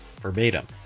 verbatim